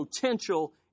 potential